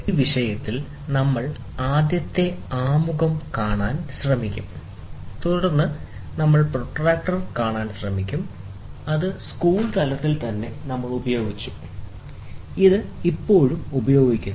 ഈ വിഷയത്തിൽ നമ്മൾ ആദ്യത്തെ ആമുഖം കാണാൻ ശ്രമിക്കും തുടർന്ന് നമ്മൾ പ്രൊട്രാക്റ്റർ കാണാൻ ശ്രമിക്കും അത് സ്കൂൾ തലത്തിൽ തന്നെ നമ്മൾ ഉപയോഗിച്ചു ഇത് ഇപ്പോഴും ഉപയോഗിക്കുന്നു